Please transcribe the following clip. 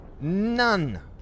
None